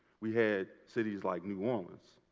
we had cities like new orleans,